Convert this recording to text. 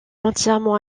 entièrement